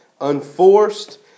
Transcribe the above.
Unforced